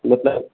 मतलब